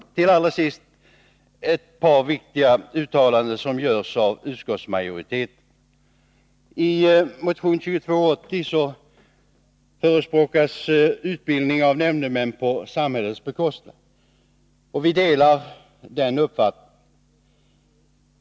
Allra sist ett par viktiga uttalanden från utskottsmajoritetens sida. I motion 2280 föreslås utbildning av nämndemän på samhällets bekostnad.